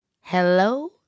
Hello